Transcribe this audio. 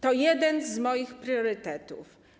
To jeden z moich priorytetów.